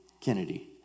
Kennedy